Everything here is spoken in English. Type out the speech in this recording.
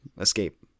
escape